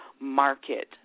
market